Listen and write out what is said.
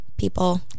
people